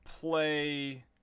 play